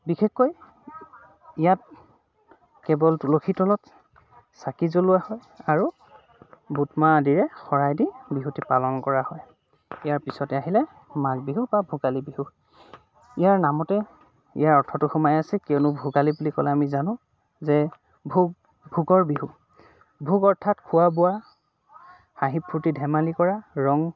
বিশেষকৈ ইয়াত কেৱল তুলসী তলত চাকি জ্বলোৱা হয় আৰু বুটমাহ আদিৰে শৰাই দি বিহুতে পালন কৰা হয় ইয়াৰ পিছতে আহিলে মাঘ বিহু বা ভোগালী বিহু ইয়াৰ নামতে ইয়াৰ অৰ্থটো সোমাই আছে কিয়নো ভোগালী বুলি ক'লে আমি জানো যে ভোগ ভোগৰ বিহু ভোগ অৰ্থাৎ খোৱা বোৱা হাঁহি ফূৰ্তি ধেমালি কৰা ৰং